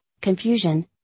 confusion